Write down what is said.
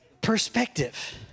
Perspective